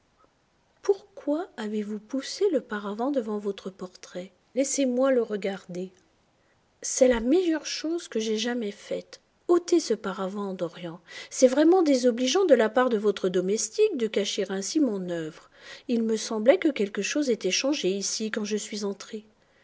pourquoi avez-vous poussé le paravent devant votre portrait laissez-moi le regarder c'est la meilleure chose que j'aie jamais faite otez ce paravent dorian c'est vraiment désobligeant de la part de votre domestique de cacher ainsi mon œuvre il me semblait que quelque chose était changé ici quand je suis entré